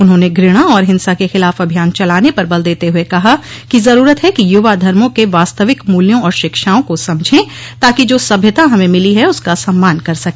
उन्होंने घूणा और हिंसा के खिलाफ अभियान चलाने पर बल देते हुए कहा कि ज़रूरत है कि युवा धर्मो के वास्तविक मूल्यों और शिक्षाओं को समझे ताकि जो सभ्यता हमें मिली है उसका सम्मान कर सक